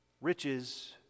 Riches